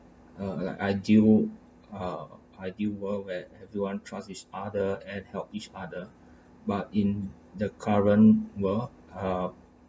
uh like ideal uh ideal world where everyone trust each other and help each other but in the current world uh